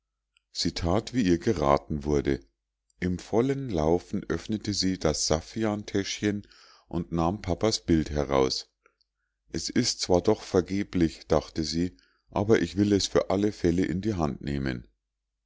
wie ihr geraten wurde im vollen laufen öffnete sie das saffiantäschchen und nahm papas bild heraus es ist zwar doch vergeblich dachte sie aber ich will es für alle fälle in die hand nehmen